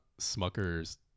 Smucker's